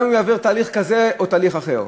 גם אם הוא יעבור תהליך כזה או תהליך אחר.